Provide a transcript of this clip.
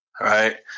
right